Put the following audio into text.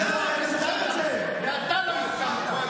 ואתה לא הסכמת.